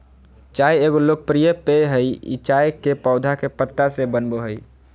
चाय एगो लोकप्रिय पेय हइ ई चाय के पौधा के पत्ता से बनो हइ